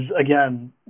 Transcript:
again